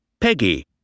Peggy